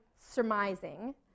surmising